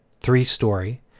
three-story